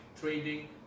trading